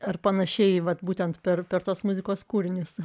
ar panašiai vat būtent per per tos muzikos kūrinius